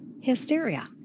hysteria